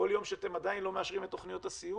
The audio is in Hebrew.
כל יום שאתם עדיין לא מאשרים את תוכניות הסיוע,